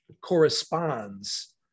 corresponds